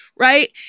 Right